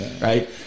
right